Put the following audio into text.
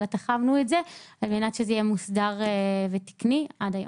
אלא תחמנו את זה על מנת שזה יהיה מוסדר ותקני עד היום.